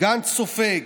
גנץ סופג.